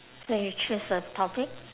so you choose a topic